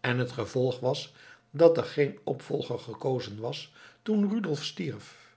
en het gevolg was dat er geen opvolger gekozen was toen rudolf stierf